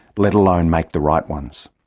let alone make the right ones.